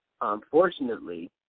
unfortunately